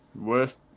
Worst